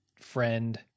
friend